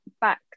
back